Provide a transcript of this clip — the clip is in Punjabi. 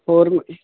ਹੋਰ